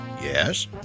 yes